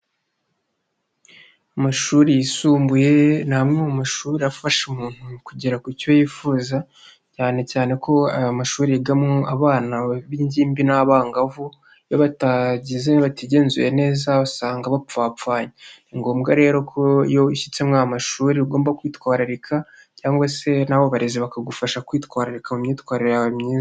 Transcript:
Amashuri yisumbuye ni amwe mu mashuri afasha umuntu kugera ku cyo yifuza cyane cyane ko aya mashuri yigamo abana b'ingimbi n'abangavu, iyo batagize batigenzuye neza usanga bapfapfanye, ni ngombwa rero ko iyo ushyitsemo amashuri ugomba kwitwararika cyangwa se n'abo barezi bakagufasha kwitwararika mu myitwarire yawe myiza.